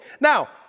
Now